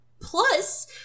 plus